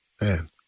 man